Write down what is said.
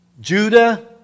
Judah